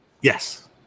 yes